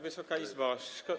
Wysoka Izbo!